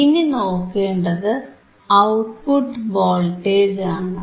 ഇനി നോക്കേണ്ടത് output voltage ആണ്